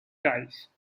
ties